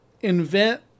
invent